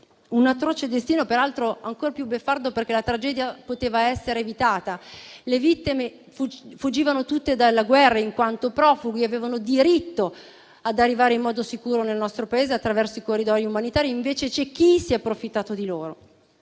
Un atroce destino, peraltro ancora più beffardo perché la tragedia poteva essere evitata: le vittime fuggivano tutte dalla guerra e, in quanto profughi, avevano diritto ad arrivare in modo sicuro nel nostro Paese attraverso i corridoi umanitari e invece c'è chi si è approfittato di loro.